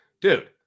dude